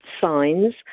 signs